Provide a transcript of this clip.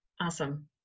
Awesome